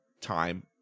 time